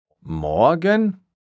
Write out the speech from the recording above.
Morgen